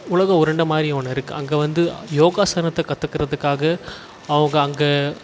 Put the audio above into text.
உலக உருண்டை மாதிரி ஒன்று இருக்குது அங்கே வந்து யோகாசனத்தை கற்றுக்கிறதுக்காக அவங்க அங்கே